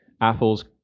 Apple's